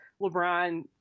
LeBron